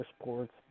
sports